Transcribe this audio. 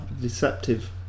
deceptive